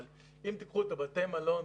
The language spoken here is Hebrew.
אבל אם תיקחו את בתי המלון,